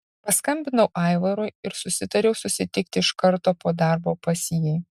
paskambinau aivarui ir susitariau susitikti iš karto po darbo pas jį